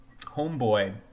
homeboy